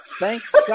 Thanks